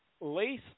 lace